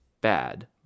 bad